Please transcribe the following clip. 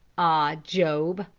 ah, job,